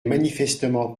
manifestement